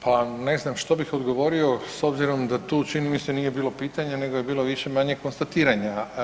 Pa ne znam što bih odgovorio s obzirom da tu čini mi se nije bilo pitanje, nego je bilo više-manje konstatiranja.